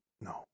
no